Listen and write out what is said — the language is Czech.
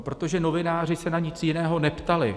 Protože novináři se na nic jiného neptali.